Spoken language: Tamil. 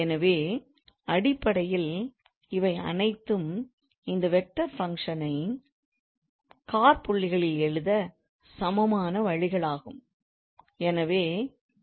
எனவே அடிப்படையில் இவை அனைத்தும் இந்த வெக்டார் ஃபங்க்ஷனை காற்புள்ளிகளில் எழுத சமமான வழிகள் ஆகும்